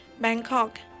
Bangkok